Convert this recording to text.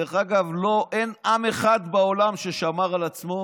דרך אגב, אין עם אחד בעולם ששמר על עצמו